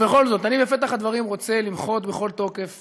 ובכל זאת, בפתח הדברים אני רוצה למחות בכל תוקף